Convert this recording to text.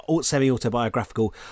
semi-autobiographical